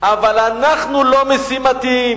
אבל אנחנו לא משימתיים.